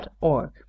org